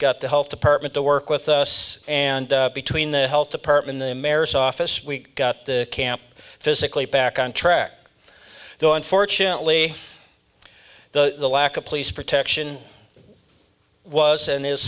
got the health department to work with us and between the health department the mares office we got the camp physically back on track though unfortunately the lack of police protection was and is